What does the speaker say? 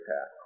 path